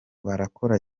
barakora